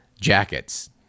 jackets